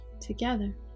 together